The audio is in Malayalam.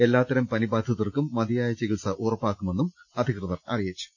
എല്ലാത്തരം പനി ബാധിതർക്കും മതിയായ ചികിത്സ ഉറപ്പാക്കുമെന്നും അധികൃതർ അറിയിച്ചു